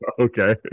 Okay